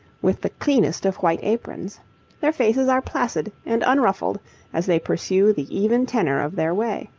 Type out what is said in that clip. with the cleanest of white aprons their faces are placid and unruffled as they pursue the even tenour of their way.